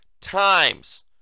times